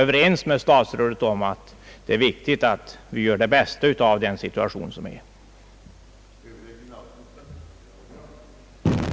På begäran av riksdagsman Gustaf Elofsson från Vä intygas härmed, att han på grund av akut febersjukdom med hjärtsvikt icke kan deltaga i riksdagsarbetet från och med den 6/4 1967 och att han beräknas behöva vara borta ytterligare minst 2 veckor från dagens datum räknat.